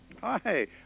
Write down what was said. Hi